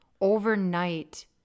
overnight